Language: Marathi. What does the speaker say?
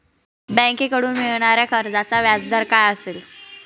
बँकेकडून मिळणाऱ्या कर्जाचा व्याजदर काय असेल?